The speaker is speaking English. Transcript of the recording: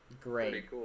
great